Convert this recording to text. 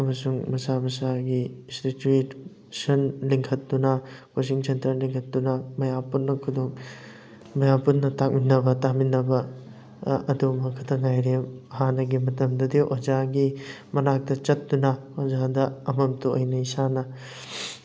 ꯑꯃꯁꯨꯡ ꯃꯁꯥ ꯃꯁꯥꯒꯤ ꯏꯟꯁꯇꯤꯇ꯭ꯌꯨꯁꯟ ꯂꯤꯡꯈꯠꯇꯨꯅ ꯀꯣꯆꯤꯡ ꯁꯦꯟꯇꯔ ꯂꯤꯡꯈꯠꯇꯨꯅ ꯃꯌꯥꯝ ꯄꯨꯟꯅ ꯈꯨꯗꯣꯡ ꯃꯌꯥꯝ ꯄꯨꯟꯅ ꯇꯥꯛꯃꯤꯟꯅꯕ ꯇꯥꯃꯤꯟꯅꯕ ꯑꯗꯨꯝꯕ ꯈꯇꯪ ꯉꯥꯏꯔꯦ ꯍꯥꯟꯅꯒꯤ ꯃꯇꯝꯗꯗꯤ ꯑꯣꯖꯥꯒꯤ ꯃꯅꯥꯛꯇ ꯆꯠꯇꯨꯅ ꯑꯣꯖꯥꯗ ꯑꯃꯃꯝꯇ ꯑꯣꯏꯅ ꯏꯁꯥꯅ